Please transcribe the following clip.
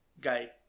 Guy